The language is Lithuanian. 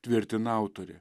tvirtina autorė